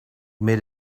made